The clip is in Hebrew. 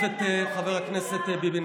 חבר הכנסת אופיר,